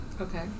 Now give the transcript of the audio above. Okay